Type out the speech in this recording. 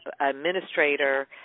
administrator